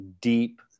deep